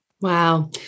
Wow